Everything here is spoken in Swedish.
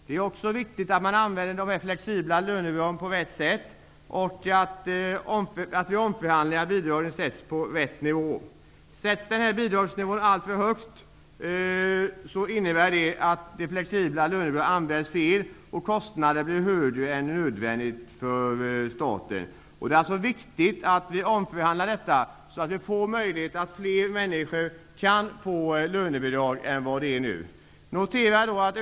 Det är också viktigt att man använder de flexibla lönebidragen på rätt sätt och att bidragen får rätt nivå vid omförhandlingar. Sätts bidragsnivån alltför högt innebär det att det flexibla lönebidraget används fel, och kostnaderna för staten blir högre än nödvändigt. Det är viktigt att det sker en omförhandling så att fler människor får möjlighet att få lönebidrag än vad som nu är fallet.